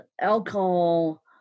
alcohol